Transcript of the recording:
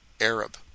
Arab